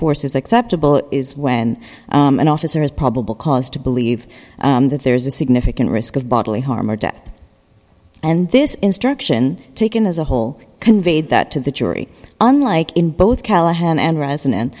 force is acceptable is when an officer has probable cause to believe that there is a significant risk of bodily harm or death and this instruction taken as a whole conveyed that to the jury unlike in both callahan